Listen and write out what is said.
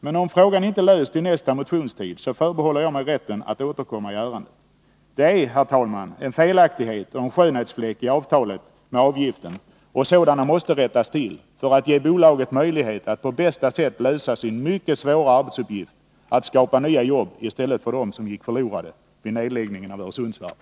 Men om frågan inte lösts till nästa motionstid, förbehåller jag mig rätten att återkomma i ärendet. Avgiften är, herr talman, en felaktighet och en skönhetsfläck i avtalet, och sådana måste rättas till för att ge bolaget möjlighet att på bästa sätt lösa sin mycket svåra arbetsuppgift, att skapa nya jobb i stället för dem som gick förlorade vid nedläggningen av Öresundsvarvet.